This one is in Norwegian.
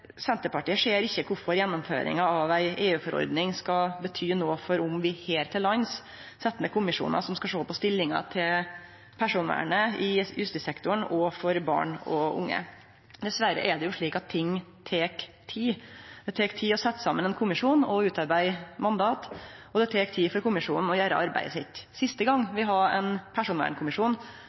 Senterpartiet ser ikkje kvifor gjennomføringa av ei EU-forordning skal bety noko for om vi her til lands set ned kommisjonar som skal sjå på stillinga til personvernet i justissektoren og for barn og unge. Dessverre er det slik at ting tek tid. Det tek tid å setje saman ein kommisjon og å utarbeide mandat, og det tek tid for kommisjonen å gjere arbeidet sitt. Sist gong vi hadde ein personvernkommisjon,